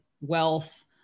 wealth